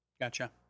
Gotcha